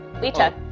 Lita